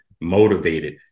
motivated